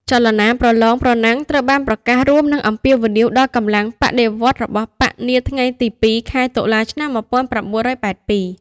ចលនាប្រលង ប្រណាំងត្រូវបានប្រកាសរួមនិងអំពាវនាវដល់កម្លាំងបដិវត្តន៍របស់បក្សនាថ្ងៃទី២ខែតុលាឆ្នាំ ១៩៨២។